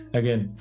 again